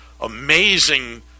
amazing